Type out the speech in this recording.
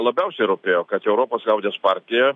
labiausiai rūpėjo kad europos liaudies partija